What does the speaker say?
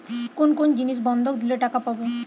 কোন কোন জিনিস বন্ধক দিলে টাকা পাব?